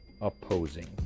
opposing